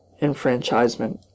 enfranchisement